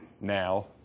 now